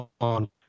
on